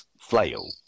flail